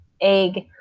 egg